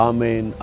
Amen